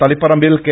തളിപ്പറമ്പിൽ K